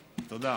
תודה.